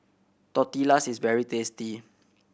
tortillas is very tasty